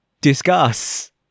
discuss